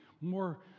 more